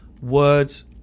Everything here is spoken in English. words